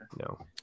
no